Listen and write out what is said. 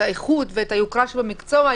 את האיכות ואת היוקרה שבמקצוע.